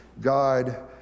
God